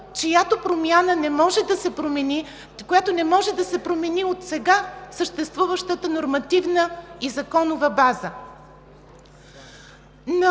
която не може да се промени от сега съществуващата нормативна и законова база.